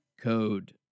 code